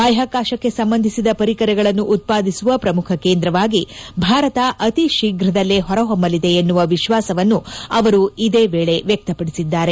ಬಾಹ್ಕಾಕಾಶಕ್ಕೆ ಸಂಬಂಧಿಸಿದ ಪರಿಕರಗಳನ್ನು ಉತ್ಪಾದಿಸುವ ಪ್ರಮುಖ ಕೇಂದ್ರವಾಗಿ ಭಾರತ ಅತಿ ಶೀಘ್ರದಲ್ಲೇ ಹೊರಹೊಮ್ಮಲಿದೆ ಎನ್ನುವ ವಿಶ್ವಾಸವನ್ನು ಅವರು ಇದೇ ವೇಳ ವ್ಲಕ್ಷಪಡಿಸಿದ್ದಾರೆ